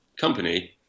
company